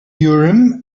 urim